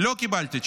לא קיבלתי תשובה.